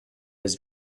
his